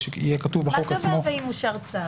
מה זה 'ואם אושר צו'?